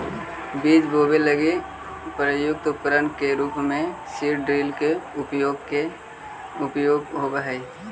बीज बोवे लगी प्रयुक्त उपकरण के रूप में सीड ड्रिल के उपयोग होवऽ हई